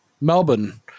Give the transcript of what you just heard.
Melbourne